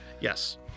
Yes